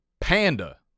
Panda